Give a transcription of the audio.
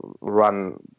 run